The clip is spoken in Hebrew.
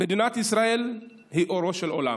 מדינת ישראל היא אורו של עולם.